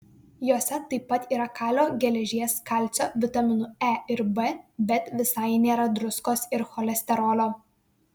jose taip pat yra kalio geležies kalcio vitaminų e ir b bet visai nėra druskos ir cholesterolio